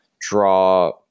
draw